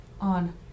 on